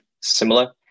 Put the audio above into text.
similar